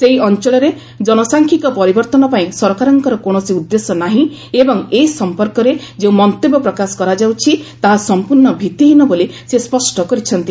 ସେହି ଅଞ୍ଚଳରେ ଜନସାଂଖ୍ୟକ ପରିବର୍ତ୍ତନ ପାଇଁ ସରକାରଙ୍କର କୌଣସି ଉଦ୍ଦେଶ୍ୟ ନାହିଁ ଏବଂ ଏ ସମ୍ପର୍କରେ ଯେଉଁ ମନ୍ତବ୍ୟ ପ୍ରକାଶ କରାଯାଉଛି ତାହା ସମ୍ପର୍ଣ୍ଣ ଭିତ୍ତିହୀନ ବୋଲି ସେ ସ୍ୱଷ୍ଟ କରିଛନ୍ତି